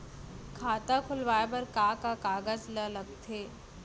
खाता खोलवाये बर का का कागज ल लगथे?